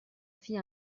fit